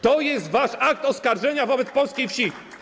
To jest wasz akt oskarżenia wobec polskiej wsi.